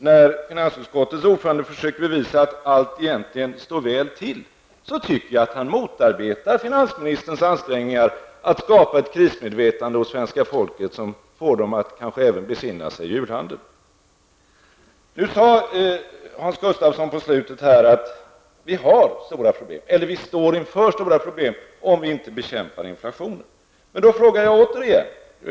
När finansutskottets ordförande försöker bevisa att allt egentligen står väl till, så tycker jag att han motarbetar finansministerns ansträngningar att hos svenska folket skapa ett krismedvetande, som får människorna att kanske även besinna sig i julhandeln. Nu sade Hans Gustafsson i slutet av sitt anförande att vi står inför stora problem om vi inte bekämpar inflationen.